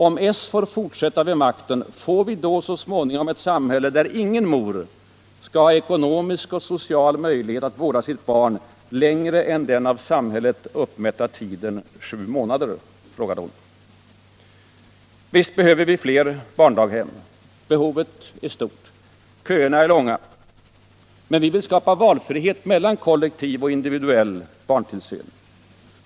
Om s får fortsätta vid makten, får vi då så småningom ett samhälle där ingen mor —-—-- skall ha ekonomisk och social möjlighet att vårda sitt barn längre än den av samhället uppmätta tiden sju månader?” Visst behöver vi flera barndaghem. Behovet är stort. Köerna är långa. Men vi vill skapa valfrihet mellan kollektiv och individuell barntillsyn.